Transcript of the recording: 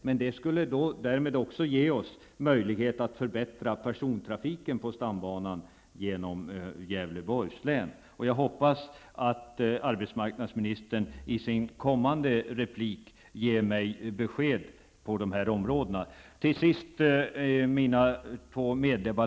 Men om vi fick det skulle vi också få möjligheter att förbättra persontrafiken på stambanan genom Gävleborgs län. Jag hoppas att arbetsmarknadsministern i sitt nästa inlägg ger mig besked på dessa båda punkter.